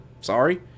Sorry